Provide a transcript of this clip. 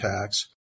tax